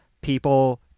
people